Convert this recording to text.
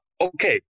okay